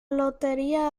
lotería